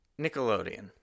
Nickelodeon